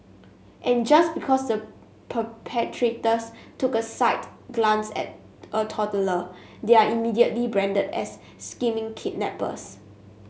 and just because the perpetrators took a slight glance at a toddler they are immediately branded as scheming kidnappers